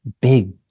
big